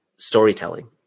storytelling